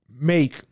make